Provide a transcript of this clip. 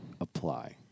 apply